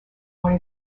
one